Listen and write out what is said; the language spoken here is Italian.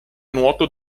nuoto